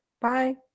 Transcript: Bye